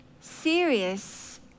serious